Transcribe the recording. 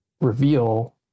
reveal